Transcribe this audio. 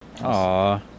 Aw